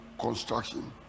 Construction